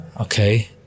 okay